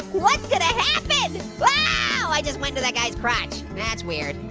what's gonna happen? whoa, i just went through that guy's crotch. that's weird.